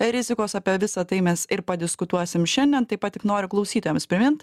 rizikos apie visa tai mes ir padiskutuosim šiandien taip pat tik noriu klausytojams primint